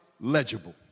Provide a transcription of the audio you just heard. legible